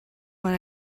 when